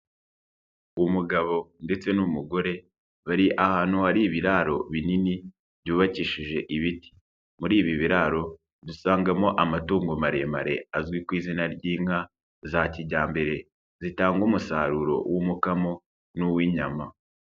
Umugabo ndetse n'umugore bari ahantu hari ibiraro binini byubakishije ibiti, muri ibi biraro dusangamo amatungo maremare azwi ku izina ry'inka za kijyambere, zitanga umusaruro w'umukamo n'uw'inyama.